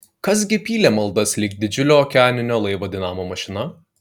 kas gi pylė maldas lyg didžiulio okeaninio laivo dinamo mašina